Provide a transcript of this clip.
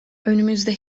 önümüzde